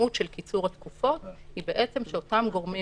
המשמעות של קיצור התקופות היא בעצם שאותם גורמים